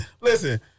Listen